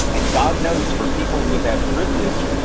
and god knows, for people who have had privilege,